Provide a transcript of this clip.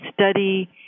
study